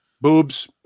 Boobs